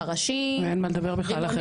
פרשי --- ואין מה לדבר בכלל על החברה הערבית.